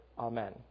Amen